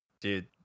dude